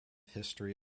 history